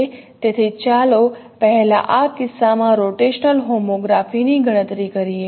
તેથી ચાલો પહેલા આ કિસ્સામાં રોટેશનલ હોમોગ્રાફી ની ગણતરી કરીએ